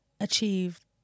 achieved